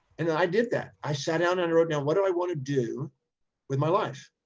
and i did that. i sat down and wrote down, what do i want to do with my life?